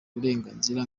uburenganzira